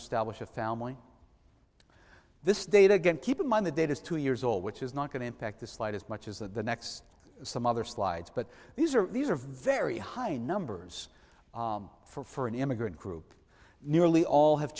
establish a family this date again keep in mind the date is two years old which is not going to impact this light as much as the next some other slides but these are these are very high numbers for an immigrant group nearly all have